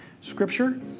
scripture